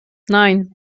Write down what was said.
nein